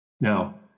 Now